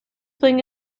playing